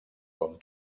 com